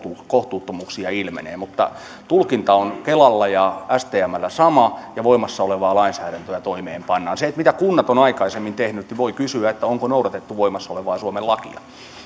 kohtuuttomuuksia ilmenee mutta tulkinta on kelalla ja stmllä sama ja voimassa olevaa lainsäädäntöä toimeenpannaan se mitä kunnat ovat aikaisemmin tehneet voi kysyä onko noudatettu voimassa olevaa suomen lakia